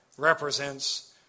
represents